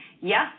Yes